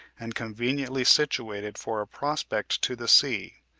and conveniently situated for a prospect to the sea.